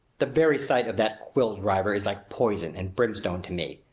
the very sight of that quill-driver is like poison and brimstone to me.